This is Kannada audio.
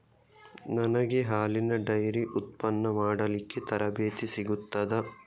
ನನಗೆ ಹಾಲಿನ ಡೈರಿ ಉತ್ಪನ್ನ ಮಾಡಲಿಕ್ಕೆ ತರಬೇತಿ ಸಿಗುತ್ತದಾ?